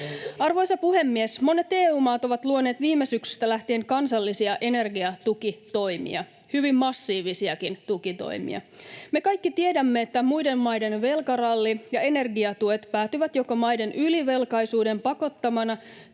Arvoisa puhemies! Monet EU-maat ovat luoneet viime syksystä lähtien kansallisia energiatukitoimia, hyvin massiivisiakin tukitoimia. Me kaikki tiedämme, että muiden maiden velkaralli ja energiatuet päätyvät joko maiden ylivelkaisuuden pakottamana